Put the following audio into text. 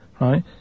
right